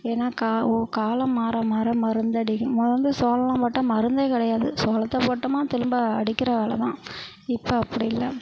ஏன்னால் கா ஓ காலம் மாற மாற மருந்து அடிக்கும் முதல்லாம் சோளம் போட்டால் மருந்தே கிடையாது சோளத்தை போட்டோமானா திரும்ப அடிக்கிற வேலை தான் இப்போ அப்படி இல்லை